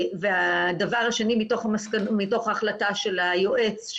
הדבר השני מתוך ההחלטה של היועץ,